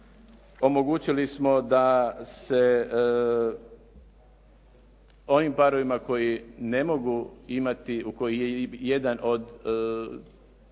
omogućili smo da se onim parovima koji ne mogu